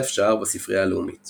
דף שער בספרייה הלאומית